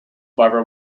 barbara